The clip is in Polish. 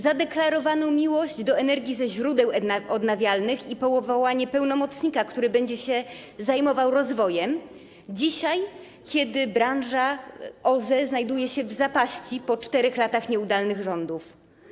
Zadeklarowano miłość do energii ze źródeł odnawialnych i powołanie pełnomocnika, który będzie się zajmował rozwojem - dzisiaj, kiedy branża OZE znajduje się w zapaści po 4 latach nieudolnych rządów.